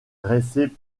dressé